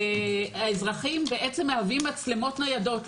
האזרחים מהווים מצלמות ניידות.